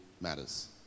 matters